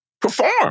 perform